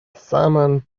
saman